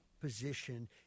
position